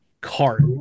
cart